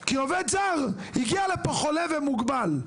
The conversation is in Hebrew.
כי עובד זר הגיע לפה חולה ומוגבל.